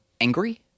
angry